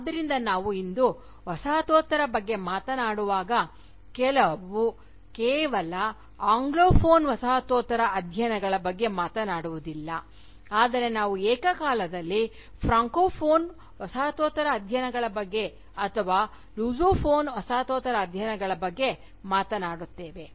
ಆದ್ದರಿಂದ ನಾವು ಇಂದು ವಸಾಹತೋತ್ತರ ಬಗ್ಗೆ ಮಾತನಾಡುವಾಗ ನಾವು ಕೇವಲ ಆಂಗ್ಲೋಫೋನ್ ವಸಾಹತೋತ್ತರ ಅಧ್ಯಯನಗಳ ಬಗ್ಗೆ ಮಾತನಾಡುವುದಿಲ್ಲ ಆದರೆ ನಾವು ಏಕಕಾಲದಲ್ಲಿ ಫ್ರಾಂಕೋಫೋನ್ ವಸಾಹತೋತ್ತರ ಅಧ್ಯಯನಗಳ ಬಗ್ಗೆ ಅಥವಾ ಲುಸೊಫೋನ್ ವಸಾಹತೋತ್ತರ ಅಧ್ಯಯನಗಳ ಬಗ್ಗೆ ಮಾತನಾಡುತ್ತೇವೆ